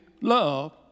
love